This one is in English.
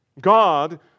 God